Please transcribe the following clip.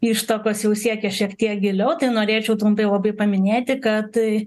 ištakos jau siekia šiek tiek giliau tai norėčiau trumpai labai paminėti kad